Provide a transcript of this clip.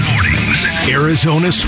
Arizona